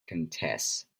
contests